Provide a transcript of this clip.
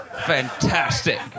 fantastic